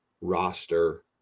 roster